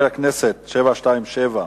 שאילתא מס' 727,